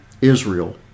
Israel